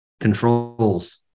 controls